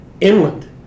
inland